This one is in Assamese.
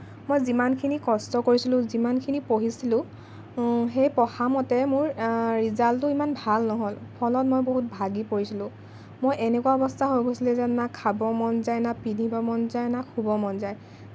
মই যিমানখিনি কষ্ট কৰিছিলোঁ যিমানখিনি পঢ়িছিলোঁ সেই পঢ়ামতে মোৰ ৰিজাল্টটো ইমান ভাল নহ'ল ফলত মই বহুত ভাগি পৰিছিলোঁ মই এনেকুৱা অৱস্থা হৈ গৈছিল যে না খাব মন যায় না পিন্ধিব মন যায় না শুব মন যায়